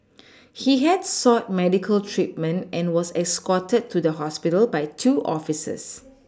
he had sought medical treatment and was escorted to the hospital by two officers